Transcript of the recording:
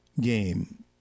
game